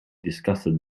disgusted